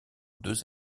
deux